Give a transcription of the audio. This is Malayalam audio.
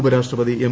ഉപരാഷ്ട്രപതി എം